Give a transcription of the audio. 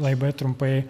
labai trumpai